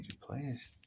players